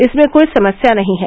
इसमें कोई समस्या नहीं है